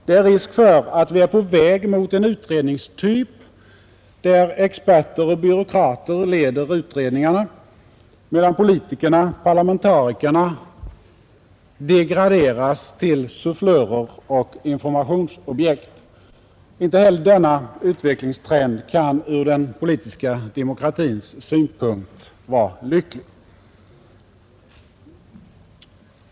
Det är risk för att vi är på väg mot en utredningstyp där experter och byråkrater leder utredningarna medan politikerna, parlamentarikerna, degraderas till sufflörer och informationsobjekt. Inte heller denna utvecklingstrend kan ur den politiska demokratins synpunkt vara lycklig.